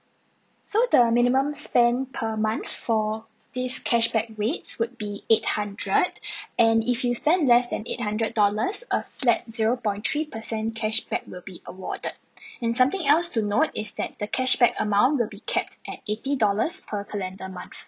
so the minimum spend per month for this cashback rates would be eight hundred and if you spend less than eight hundred dollars a flat zero point three percent cashback will be awarded and something else to note is that the cashback amount will be capped at eighty dollars per calendar month